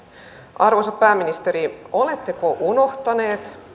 arvoisa pääministeri oletteko unohtanut